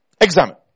examine